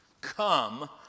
Come